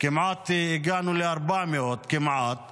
והגענו כמעט ל-400,